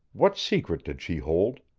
what secret did she hold?